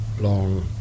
long